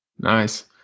nice